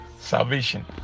salvation